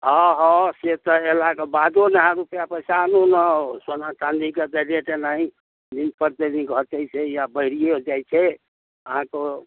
हँ हँ से तऽ एलाके बादो जे अहाँ रुपैआ पैसा आनू ने सोना चाँदीके तऽ रेट एनाही दिन प्रतिदिन घटै छै या बढ़िओ जाइ छै अहाँकेँ